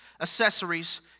accessories